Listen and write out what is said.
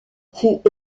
fut